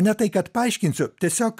ne tai kad paaiškinsiu tiesiog